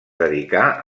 dedicà